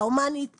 ההומנית